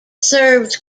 serves